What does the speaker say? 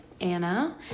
Anna